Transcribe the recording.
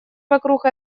вокруг